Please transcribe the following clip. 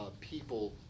people